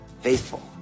Faithful